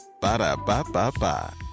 Ba-da-ba-ba-ba